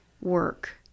work